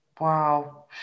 wow